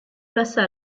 plaça